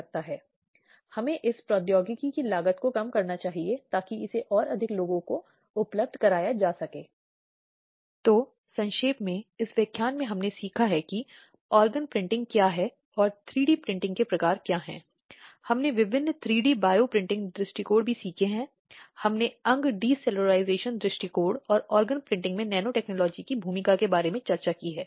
लेकिन उसके पास कुछ जगह होनी चाहिए और अगर वह पर्याप्त सुरक्षित महसूस नहीं करती है तो निवास का आदेश हो सकता है जो उसे उसके साथ रहने का अधिकार देता है उसी स्थान पर या अदालत महिलाओं के लिए वैकल्पिक आवास प्रदान करने के लिए अपराधी को निर्देश दे सकती है